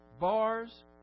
bars